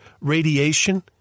radiation